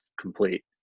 complete